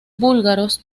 búlgaros